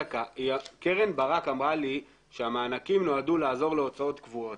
חברת הכנסת קרן ברק אמרה לי שהמענקים נועדו לעזור להוצאות קבועות.